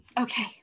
Okay